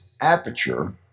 aperture